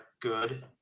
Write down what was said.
good